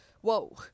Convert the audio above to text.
whoa